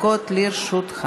אושרה.